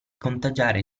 contagiare